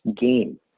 game